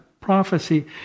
prophecy